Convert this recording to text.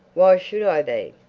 why should i be?